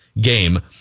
game